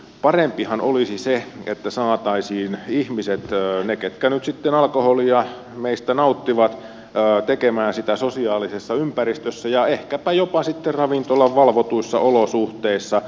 parempihan olisi se että saataisiin ihmiset ne ketkä nyt sitten alkoholia meistä nauttivat tekemään sitä sosiaalisessa ympäristössä ja ehkäpä jopa sitten ravintolan valvotuissa olosuhteissa